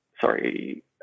sorry